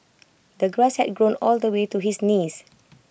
the grass had grown all the way to his knees